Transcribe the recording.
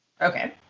Okay